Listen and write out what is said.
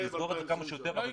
צריך לסגור את זה כמה שיותר מהר.